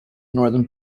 northern